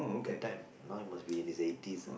that time now he must in his eighties